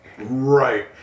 Right